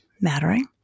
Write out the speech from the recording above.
mattering